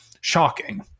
shocking